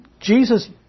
Jesus